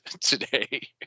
today